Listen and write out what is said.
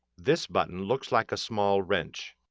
this button looks like a small wrench.